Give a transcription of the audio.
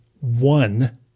One